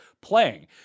playing